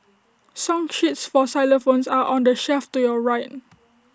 song sheets for xylophones are on the shelf to your right